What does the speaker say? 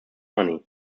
money